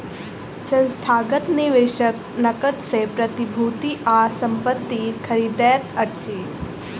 संस्थागत निवेशक नकद सॅ प्रतिभूति आ संपत्ति खरीदैत अछि